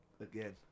again